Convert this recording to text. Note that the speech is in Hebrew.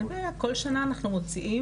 אין בעיה כל שנה אנחנו מוציאים,